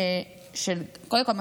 קודם כול,